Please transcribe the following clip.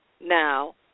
Now